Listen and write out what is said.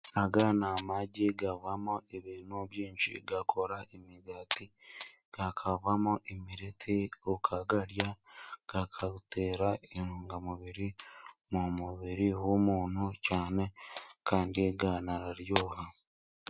Aya ni amagi avamo ibintu byinshi akora imigati , akavamo imireti ukayarya , akagutera intungamubiri mu mubiri w'umuntu cyane kandi anarararyoha.